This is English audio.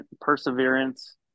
perseverance